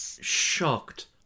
shocked